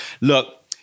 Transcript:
look